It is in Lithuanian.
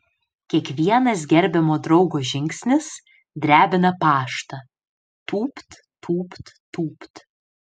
kiekvienas gerbiamo draugo žingsnis drebina paštą tūpt tūpt tūpt